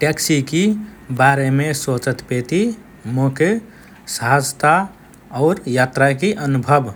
ट्याक्सिकि बारेमे सोचतपेति मोके सहजता और यात्राकि अनुभव